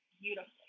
beautifully